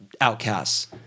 outcasts